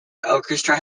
orchestra